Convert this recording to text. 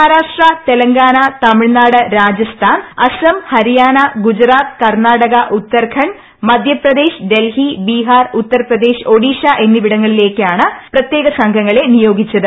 മഹാരാഷ്ട്ര തെലങ്കാന തമിഴ്നാട് രാജസ്ഥാൻ അസം ഹരിയാന ഗുജറാത്ത് കർണാടക ഉത്തരാഖണ്ഡ് മധ്യപ്രദേശ് ഡൽഹി ബിഹാർ ഉത്തർപ്രദേശ് ഒഡീഷ എന്നിവിടങ്ങളിലേക്കാണ് പ്രത്യേക സംഘങ്ങളെ നിയോഗിച്ചത്